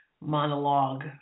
monologue